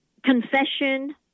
confession